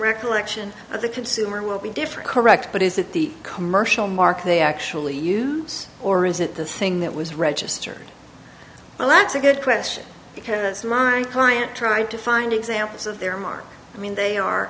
recollection of the consumer will be different correct but is that the commercial market they actually use or is it the thing that was registered well that's a good question because that's my client trying to find examples of their mark i mean they are